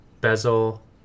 bezel